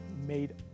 made